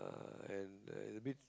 uh and it's a bit